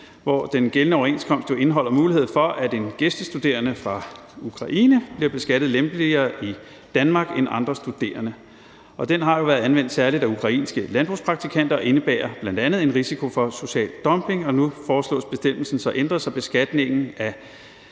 hvor den gældende overenskomst jo indeholder en mulighed for, at en gæstestuderende fra Ukraine bliver beskattet lempeligere i Danmark end andre studerende. Den har jo været anvendt særligt af ukrainske landbrugspraktikanter og indebærer bl.a. en risiko for social dumping, og nu foreslås bestemmelsen så ændret, så beskatningen af